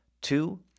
Two